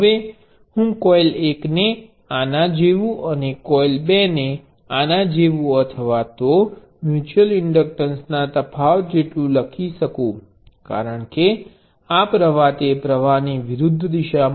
હવે હું કોઇલ 1 ને આના જેવુ અને કોઇલ 2 ને આના જેવું અથવા તો આ મ્યુચ્યુઅલ ઇન્ડક્ટન્સ ના તફાવત જેટલુ લખી શકું કારણ કે આ પ્રવાહ તે પ્રવાહની વિરુદ્ધ છે